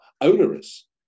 onerous